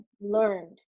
learned